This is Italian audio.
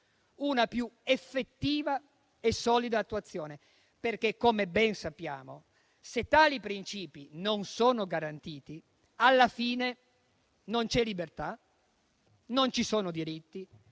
una più effettiva e solida attuazione. Come ben sappiamo, se tali princìpi non sono garantiti, alla fine non c'è libertà, non ci sono diritti